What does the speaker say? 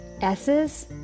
Ss